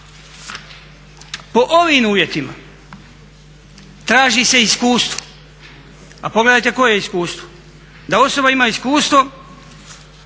Po ovim uvjetima traži se iskustvo. A pogledajte koje iskustvo, da osoba ima iskustvo